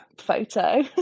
photo